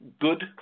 good